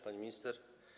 Pani Minister!